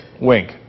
wink